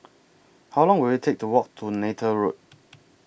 How Long Will IT Take to Walk to Neythal Road